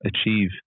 achieve